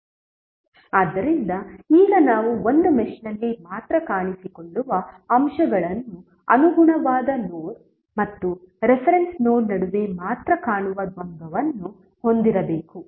ಹೇಳೋಣ ಆದ್ದರಿಂದ ಈಗ ನಾವು ಒಂದು ಮೆಶ್ನಲ್ಲಿ ಮಾತ್ರ ಕಾಣಿಸಿಕೊಳ್ಳುವ ಅಂಶಗಳನ್ನು ಅನುಗುಣವಾದ ನೋಡ್ ಮತ್ತು ರೆಫರೆನ್ಸ್ ನೋಡ್ ನಡುವೆ ಮಾತ್ರ ಕಾಣುವ ದ್ವಂದ್ವವನ್ನು ಹೊಂದಿರಬೇಕು